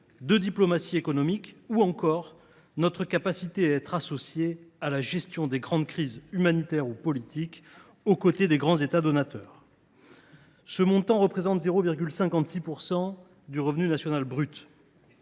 de diplomatie économique, et détermine également notre capacité à être associés à la gestion des grandes crises humanitaires ou politiques, aux côtés des grands États donateurs. Ce montant représente 0,56 % du revenu national brut